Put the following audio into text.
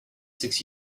six